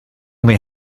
only